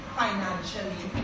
financially